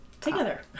Together